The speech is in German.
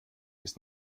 ist